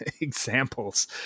examples